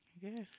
Yes